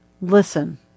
listen